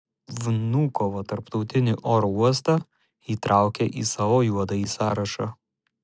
vnukovo tarptautinį oro uostą įtraukė į savo juodąjį sąrašą